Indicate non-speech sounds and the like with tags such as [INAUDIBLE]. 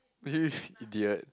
[LAUGHS] idiot